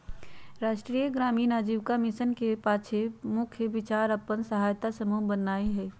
राष्ट्रीय ग्रामीण आजीविका मिशन के पाछे मुख्य विचार अप्पन सहायता समूह बनेनाइ हइ